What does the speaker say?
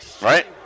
Right